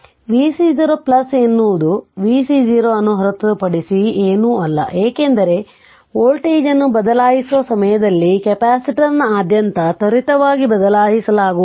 ಆದ್ದರಿಂದ vc 0 ಎನ್ನುವುದು vc 0 ಅನ್ನು ಹೊರತುಪಡಿಸಿ ಏನೂ ಅಲ್ಲ ಏಕೆಂದರೆ ವೋಲ್ಟೇಜ್ ಅನ್ನು ಬದಲಾಯಿಸುವ ಸಮಯದಲ್ಲಿ ಕೆಪಾಸಿಟರ್ನಾದ್ಯಂತ ತ್ವರಿತವಾಗಿ ಬದಲಾಯಿಸಲಾಗುವುದಿಲ್ಲ